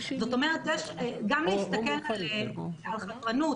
זאת אומרת גם להסתכל על חזרנות,